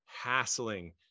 hassling